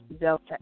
Delta